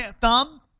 thumb